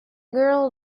girl